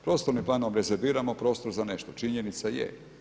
Prostornim planom rezerviramo prostor za nešto, činjenica je.